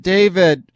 David